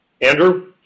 Andrew